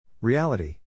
Reality